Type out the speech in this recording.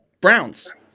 browns